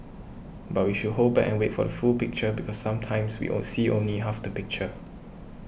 but we should hold back and wait for the full picture because sometimes we on see only half the picture